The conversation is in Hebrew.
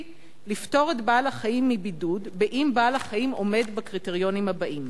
לפטור את בעל-החיים מבידוד אם בעל-החיים עומד בקריטריונים הבאים: